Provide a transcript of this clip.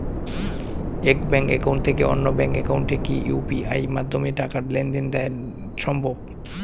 এক bank account থেকে অন্য ব্যাংক একাউন্টে কি ইউ.পি.আই মাধ্যমে টাকার লেনদেন দেন সম্ভব?